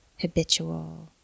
habitual